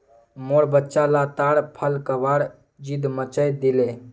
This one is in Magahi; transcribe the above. मोर बच्चा ला ताड़ फल खबार ज़िद मचइ दिले